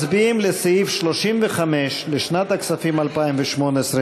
מצביעים על סעיף 35 לשנת הכספים 2018,